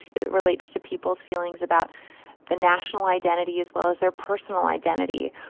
it relates to people's feelings about the national identity as well as their personal identity.